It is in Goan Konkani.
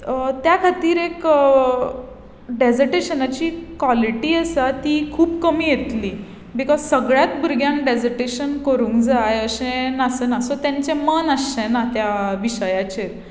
त्या खातीर एक डॅजटेशनाची क्वॉलिटी आसा ती खूब कमी येतली बिकॉज सगल्याच भुरग्यांक डेजटेशन करूंक जाय अशें आसना सो तांचें मन आसचें ना त्या विशयाचेर